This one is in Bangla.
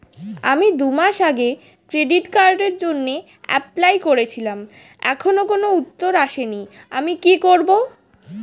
আমি দুমাস আগে ক্রেডিট কার্ডের জন্যে এপ্লাই করেছিলাম এখনো কোনো উত্তর আসেনি আমি কি করব?